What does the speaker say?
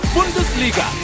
Bundesliga